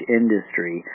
industry